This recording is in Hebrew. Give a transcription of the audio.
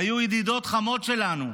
היו ידידות חמות שלנו,